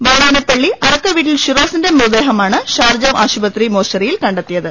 വാടാനപ്പളളി അറ ക്കവീട്ടിൽ ഷിറാസിന്റെ മൃതദേഹമാണ് ഷാർജ് ആശുപത്രി മോർച്ച റിയിൽ കണ്ടെത്തിയത്